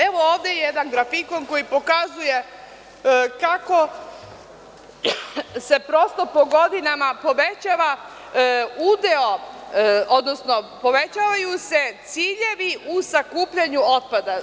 Evo, ovde je jedan grafikon koji pokazuje kako se po godinama povećava udeo, odnosno povećavaju se ciljevi u sakupljanju otpada.